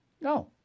No